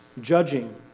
judging